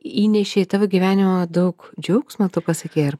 įnešė į tavo gyvenimą daug džiaugsmo tu pasakei ar